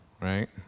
Right